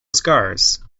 scars